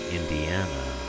Indiana